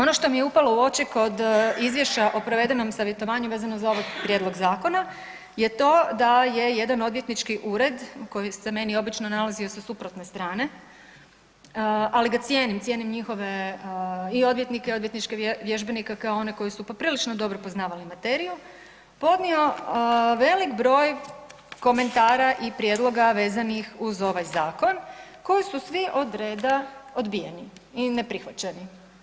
Ono što mi je upalo u oči kod izvješća o provedenom savjetovanju vezano za ovaj prijedlog zakona je to da je jedan odvjetnički ured koji se meni obično nalazio sa suprotne strane, ali ga cijenim, cijenim njihove i odvjetnike i odvjetničke vježbenike kao one koji su poprilično dobro poznavali materiju, podnio velik broj komentara i prijedloga vezanih uz ovaj zakon koji su svi od reda odbijeni i neprihvaćeni.